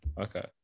Okay